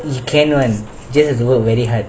you cann one just have to work very hard